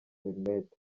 internet